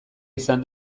izan